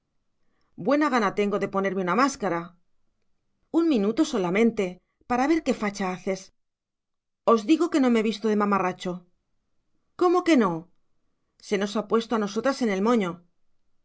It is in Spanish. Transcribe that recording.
buena gana tengo de ponerme de máscara un minuto solamente para ver qué facha haces os digo que no me visto de mamarracho cómo que no se nos ha puesto a nosotras en el moño